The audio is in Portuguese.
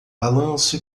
balanço